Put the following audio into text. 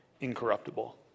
incorruptible